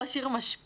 ראש עיר משפיע,